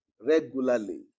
regularly